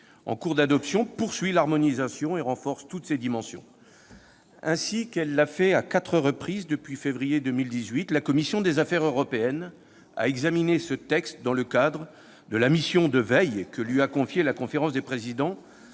en cours d'adoption, poursuit l'harmonisation et renforce toutes ces dimensions. Ainsi qu'elle l'a fait à quatre reprises depuis février 2018, la commission des affaires européennes a examiné le présent projet de loi dans le cadre de la mission de veille que lui a confiée la conférence des présidents,